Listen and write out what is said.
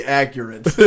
accurate